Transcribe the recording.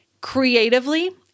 creatively